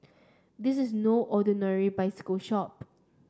this is no ordinary bicycle shop